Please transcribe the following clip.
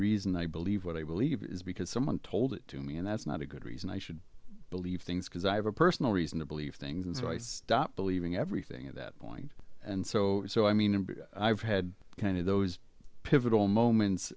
reason i believe what i believe is because someone told it to me and that's not a good reason i should believe things because i have a personal reason to believe things and so i stopped believing everything at that point and so so i mean and i've had kind of those pivotal moments